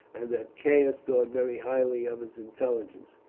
and that caius thought very highly of his intelligence.